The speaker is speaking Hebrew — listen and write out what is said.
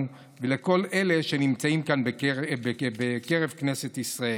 ולכל אלה שנמצאים כאן בקרב כנסת ישראל.